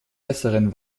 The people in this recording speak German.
besseren